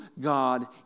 God